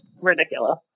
Ridiculous